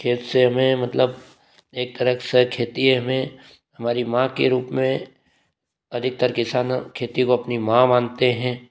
खेत से हमें मतलब एक तरह से खेती हमें हमारी माँ के रूप में अधिकतर किसान खेती को अपनी माँ मनाते हैं